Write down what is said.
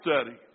study